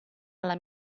alla